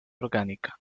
orgánica